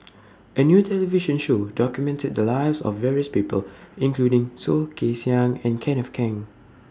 A New television Show documented The Lives of various People including Soh Kay Siang and Kenneth Keng